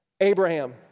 Abraham